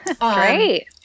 Great